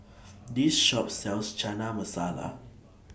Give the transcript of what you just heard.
This Shop sells Chana Masala